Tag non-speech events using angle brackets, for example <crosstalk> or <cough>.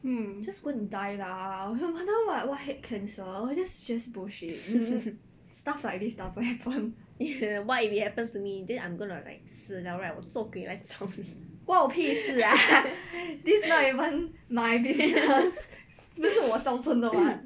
mm <laughs> ya what if it happens to me then I'm gonna like 死 liao right 我做鬼来找你 <laughs>